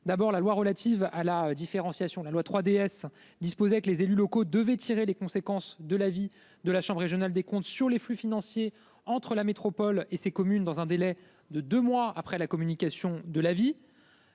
d'abord la loi relative à la différenciation la loi 3DS disposer avec les élus locaux devaient tirer les conséquences de la vie de la chambre régionale des comptes sur les flux financiers entre la métropole et ses communes dans un délai. De deux mois après la communication de la vie.